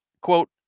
Quote